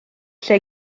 lle